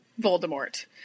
Voldemort